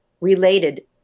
related